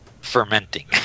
fermenting